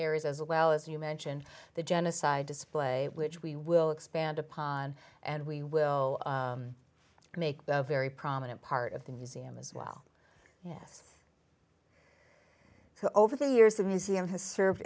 areas as well as you mentioned the genocide display which we will expand upon and we will make a very prominent part of the museum as well yes so over the years the museum has served